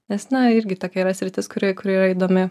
nes na irgi tokia yra sritis kuri yra įdomi